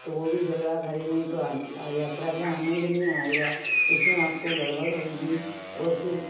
तो वो भी झगड़ा करेंगे तो अंत यात्रा का आनंद नहीं आएगा उसमें आपको गड़बड़ होएगी और फिर